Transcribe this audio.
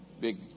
big